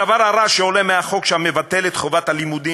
הדבר הרע שעולה מהחוק המבטל את חובת הלימודים